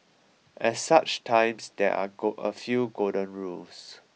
at such times there are a few golden rules